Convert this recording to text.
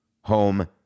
home